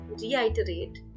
reiterate